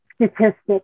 statistics